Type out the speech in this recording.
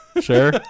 Sure